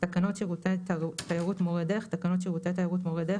"תקנות שירותי תיירות (מורי דרך)" תקנות שירותי תיירות (מורי דרך),